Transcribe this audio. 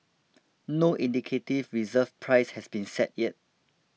no indicative reserve price has been set yet